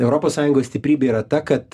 europos sąjungos stiprybė yra ta kad